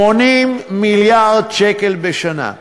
80 מיליארד שקל בשנה.